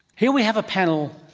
here we have a panel,